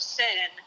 sin